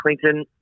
Clinton